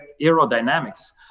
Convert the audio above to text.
aerodynamics